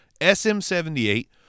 SM78